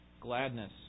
gladness